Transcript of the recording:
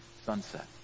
sunset